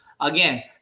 Again